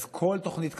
אז כל תוכנית כזאת,